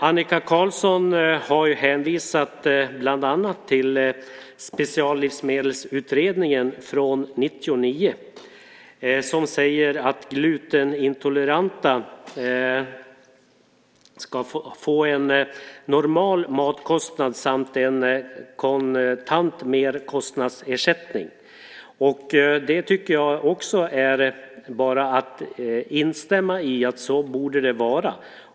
Annika Qarlsson har bland annat hänvisat till Speciallivsmedelsutredningen från 1999, som säger att glutenintoleranta ska få en normal matkostnad samt en kontant merkostnadsersättning. Det tycker jag är bara att instämma i: Så borde det vara.